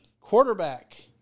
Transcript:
Quarterback